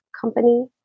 company